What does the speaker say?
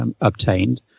obtained